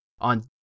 on